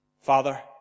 Father